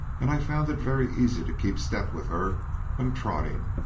and i found it very easy to keep step with her when trotting,